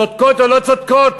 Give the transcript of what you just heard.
צודקות או לא צודקות?